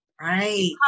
right